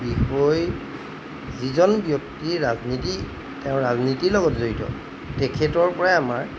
বিষয় যিজন ব্যক্তি ৰাজনীতি তেওঁ ৰাজনীতিৰ লগত জড়িত তেখেতৰপৰাই আমাৰ